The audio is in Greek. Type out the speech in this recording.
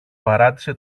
παράτησε